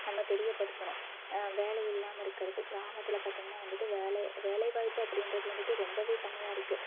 நம்ம தெரியப்படுத்தணும் வேலை இல்லாமல் இருக்கிறது கிராமத்தில் பார்த்தீங்கன்னா வந்துட்டு வேலை வேலைவாய்ப்பு அப்படின்றது வந்துட்டு ரொம்ப கம்மியாக இருக்கு